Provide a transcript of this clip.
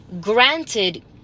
granted